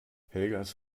helgas